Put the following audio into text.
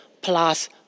plus